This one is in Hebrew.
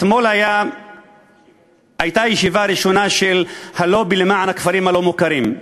אתמול הייתה ישיבה ראשונה של הלובי למען הכפרים הלא-מוכרים,